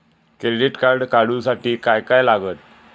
Credit card काढूसाठी काय काय लागत?